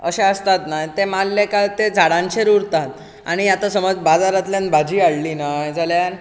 अशें आसतात न्हय ते मारले काय ते झाडांचेर उरतात आनी आतां समज बाजारांतल्यान भाजी हाडली न्हय जाल्यार